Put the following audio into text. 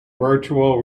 virtual